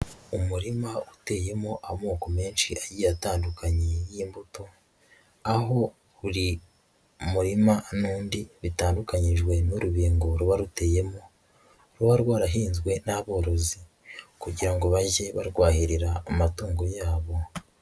Umurima uteyemo amoko menshi agiye atandukanye y'imbuto, aho buri murima n'undi bitandukanyijwe n'urubingo, ruba ruteyemo ruba rwarahinzwe n'aborozi kugira ngo bajye barwahirira amatungo yabo.